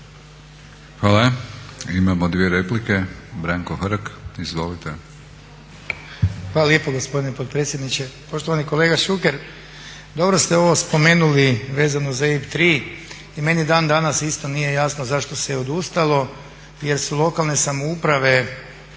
Hvala. Imamo dvije replike, Branko Hrg. Izvolite. **Hrg, Branko (HSS)** Hvala lijepo gospodine potpredsjedniče. Poštovani kolega Šuker, dobro ste ovo spomenuli vezano za EIB tri i meni dan danas isto nije jasno zašto se odustalo, jer su lokalne samouprave